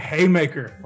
Haymaker